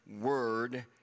Word